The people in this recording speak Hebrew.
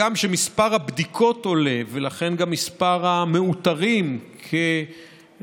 הגם שמספר הבדיקות עולה ולכן גם מספר המאותרים כחולים,